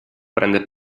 prende